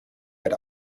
had